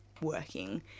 working